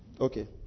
okay